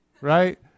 right